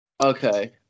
Okay